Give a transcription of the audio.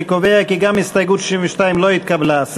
אני קובע כי גם הסתייגות 62 לא התקבלה.